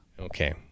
Okay